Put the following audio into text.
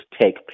take